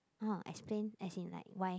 no explain as in like why